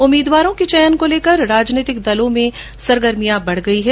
उम्मीदवारों के चयन को लेकर राजनैतिक दलों में सरगर्मियां बढ गई हैं